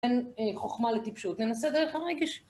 אין חוכמה לטיפשות, ננסה דרך הרגש.